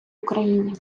україні